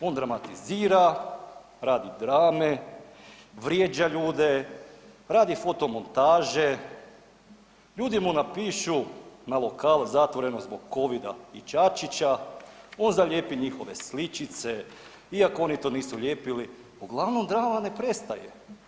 On dramatizira, radi drame, vrijeđa ljude, radi fotomontaže, ljudi mu napišu na lokal zatvoreno zbog Covida i Čačića, on zalijepi njihove sličice iako oni to nisu lijepili, uglavnom drama ne prestaje.